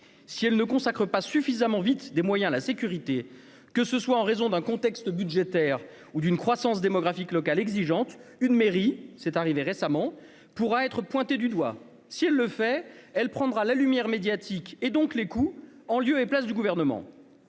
si elle ne consacre pas suffisamment vite des moyens, la sécurité, que ce soit en raison d'un contexte budgétaire ou d'une croissance démographique locale exigeante, une mairie, c'est arrivé récemment pourra être pointée du doigt, si elle le fait, elle prendra la lumière médiatique et donc les coûts en lieu et place du gouvernement